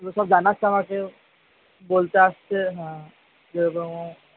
সেসব জানাচ্ছে আমাকে বলতে আসছে হ্যাঁ যেমন